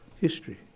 history